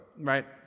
right